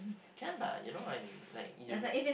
can lah you know I mean like you